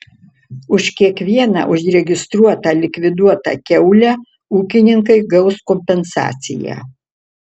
už kiekvieną užregistruotą likviduotą kiaulę ūkininkai gaus kompensaciją